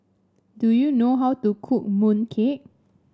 do you know how to cook mooncake